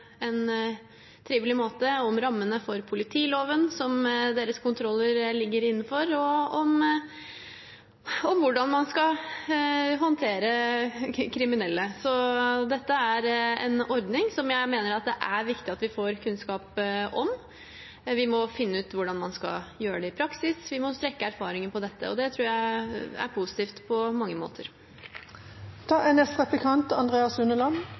måte, om rammene for politiloven, som deres kontroller ligger innenfor, og om hvordan man skal håndtere kriminelle. Dette er en ordning som jeg mener det er viktig at vi får kunnskap om. Vi må finne ut hvordan man skal gjøre det i praksis. Vi må trekke erfaringer på dette, og det tror jeg er positivt på mange